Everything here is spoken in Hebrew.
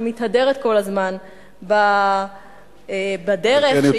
שמתהדרת כל הזמן בדרך שהיא תופסת,